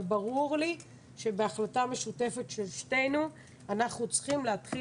אבל ברור לי שבהחלטה משותפת של שתינו אנחנו צריכים להתחיל